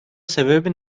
sebebi